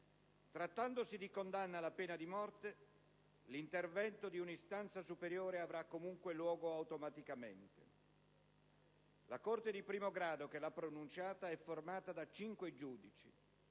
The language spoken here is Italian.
Trattandosi di condanna alla pena di morte, l'intervento di un'istanza superiore avrà comunque luogo automaticamente. La Corte di primo grado che l'ha pronunciata è formata da cinque giudici,